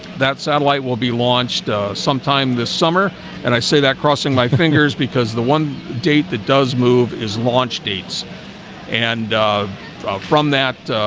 that satellite will be launched sometime this summer and i say that crossing my fingers because the one date that does move is launch dates and from that